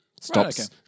Stops